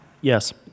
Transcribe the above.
Yes